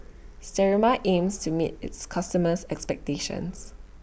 Sterimar aims to meet its customers' expectations